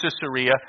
Caesarea